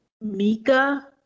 Mika